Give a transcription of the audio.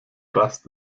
rast